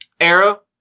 Arrow